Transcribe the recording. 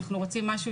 אנחנו רוצים משהו